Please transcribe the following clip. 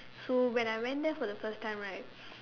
so when I went there for the first time right